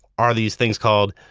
are these things called,